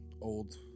Old